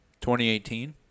2018